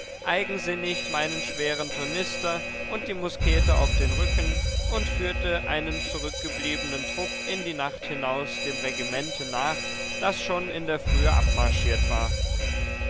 eigensinnig meinen schweren tornister und die muskete auf den rücken und führte einen zurückgebliebenen trupp in die nacht hinaus dem regimente nach das schon in der frühe abmarschiert war